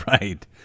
Right